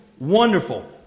wonderful